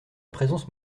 présence